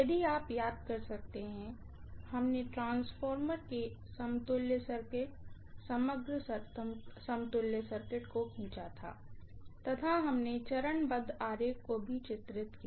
यदि आप याद कर सकते हैं हमने ट्रांसफार्मर के समतुल्य सर्किट समग्र समतुल्य सर्किट को खींचा था तथा हमने फेसर डायग्राम को भी चित्रित किया